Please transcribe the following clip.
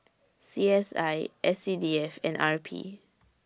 C S I S C D F and R P